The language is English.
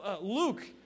Luke